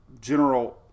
general